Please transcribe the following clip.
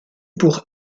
pour